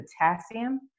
potassium